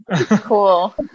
Cool